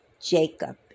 Jacob